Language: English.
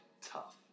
tough